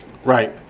Right